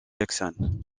jackson